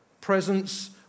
Presence